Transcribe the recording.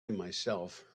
myself